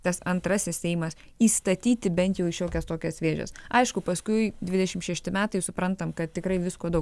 tas antrasis seimas įstatyti bent jau į šiokias tokias vėžes aišku paskui dvidešim šešti metai suprantam kad tikrai visko daug